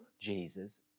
Jesus